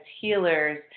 healers